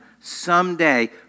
someday